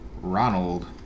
Ronald